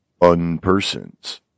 unpersons